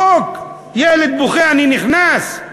חוק, ילד בוכה, אני נכנס?